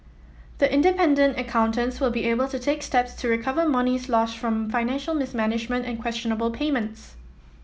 the independent accountants will be able to take steps to recover monies lost from financial mismanagement and questionable payments